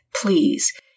please